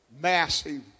massive